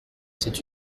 cette